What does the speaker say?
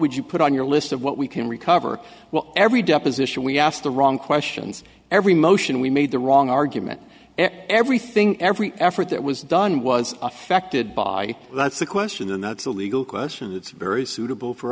would you put on your list of what we can recover what every deposition we asked the wrong questions every motion we made the wrong argument everything every effort that was done was affected by that's the question and that's a legal question that's very suitable for